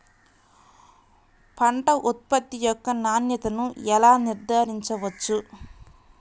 పంట ఉత్పత్తి యొక్క నాణ్యతను ఎలా నిర్ధారించవచ్చు?